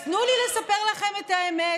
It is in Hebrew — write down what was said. אז תנו לי לספר לכם את האמת: